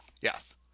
Yes